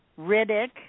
Riddick